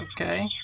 Okay